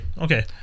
okay